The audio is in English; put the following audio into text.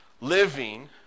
living